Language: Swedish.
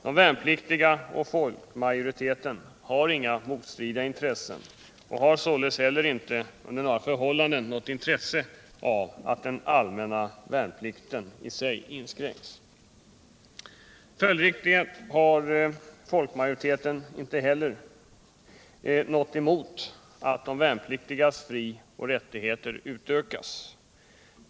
De värnpliktiga och folk majoriteten har inga motstridiga intressen och har således inte under några förhållanden något intresse av att den allmänna värnplikten inskränks. Följdriktigt har folk majoriteten inte heller något emot att de värnpliktigas fri och rättigheter utökas.